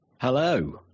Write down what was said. Hello